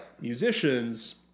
musicians